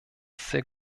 sehr